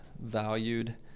valued